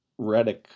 Redick